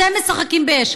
אתם משחקים באש.